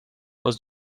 was